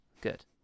good